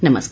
नमस्कार